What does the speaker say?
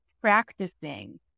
practicing